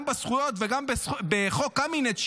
גם בזכויות וגם בחוק קמיניץ,